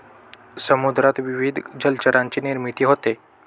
समुद्रात विविध जलचरांची निर्मिती होते